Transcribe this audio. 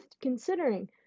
considering